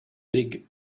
big